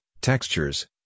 textures